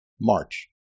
march